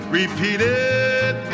repeated